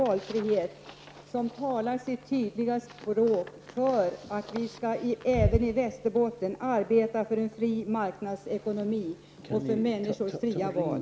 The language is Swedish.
Jag tycker att det talar sitt tydliga språk för att vi även i Västerbotten skall arbeta för en fri marknadsekonomi och för människors fria val.